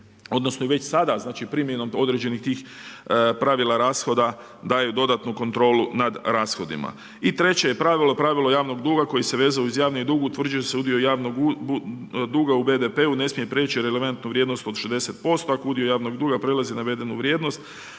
odnosno već sada primjenom određenih tih pravila rashoda daju dodatnu kontrolu nad rashodima. Treće je pravilo pravilo javnog duga koje se vezuje uz javni dug utvrđuje se udio javnog duga u BDP-u ne smije preći releventnu vrijednost od 60%, ako udio javnog duga prelazi navedenu vrijednost